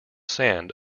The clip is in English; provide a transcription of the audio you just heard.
sand